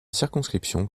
circonscription